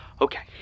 Okay